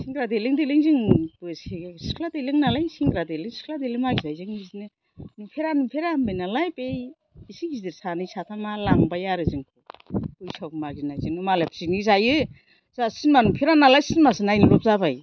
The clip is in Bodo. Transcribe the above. सेंग्रा देलें देलें जोंबोसो सिख्ला देलें नालाय सेंग्रा देले सिख्ला देलों मागिनायजों बिदिनो नुफेरा नुफेरा होनबायनालाय बै एसे गिदिर सानै साथामआ लांबाय आरो जोंखौ बैसागु मागिनायजों मालाय पिकनिक जायो जोंहा सिनेमा नुफेरा नालाय सिनेमासो नायनो लब जाबाय